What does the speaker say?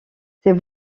c’est